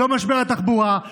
לא משבר התחבורה,